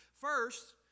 First